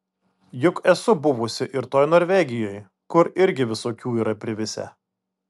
juk esu buvusi ir toj norvegijoj kur irgi visokių yra privisę